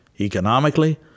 economically